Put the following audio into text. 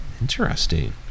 Interesting